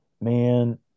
man